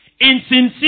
insincere